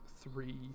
three